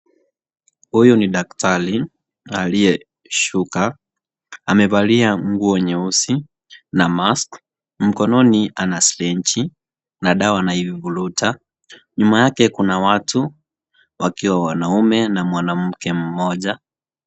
Huyu ni daktari aliyesuka amevalia nguo nyeusi na masks mkononi ana sirinji na dawa anaivuruta nyuma yake kuna watu wakiwa wanaume na mwanamke mmoja.